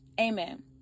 amen